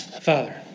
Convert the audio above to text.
Father